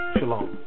Shalom